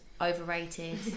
overrated